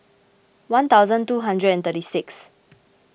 one thousand two hundred and thirty six